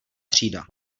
třída